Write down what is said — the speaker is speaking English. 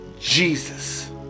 Jesus